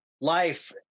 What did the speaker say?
life